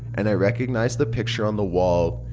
and i recognized the picture on the wall.